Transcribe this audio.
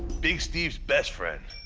big steve's best friend.